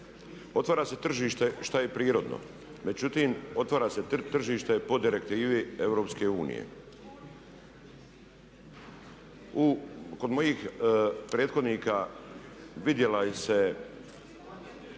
Otvara se tržište šta je i prirodno, međutim otvara se tržište po direktivi EU. Kod mojih prethodnika vidjela se